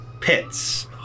pits